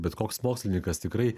bet koks mokslininkas tikrai